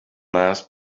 mass